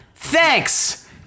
Thanks